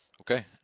Okay